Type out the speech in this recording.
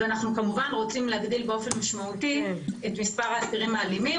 ואנחנו כמובן רוצים להגדיל באופן משמעותי את מספר האסירים האלימים.